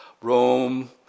Rome